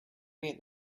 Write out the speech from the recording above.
meet